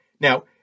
Now